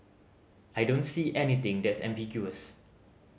I don't see anything that's ambiguous